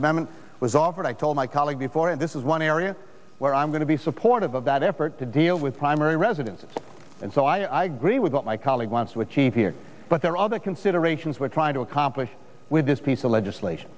memon was offered i told my colleague before and this is one area where i'm going to be supportive of that effort to deal with primary residence and so i agree with what my colleague wants to achieve here but there are other considerations like trying to accomplish with this piece of legislation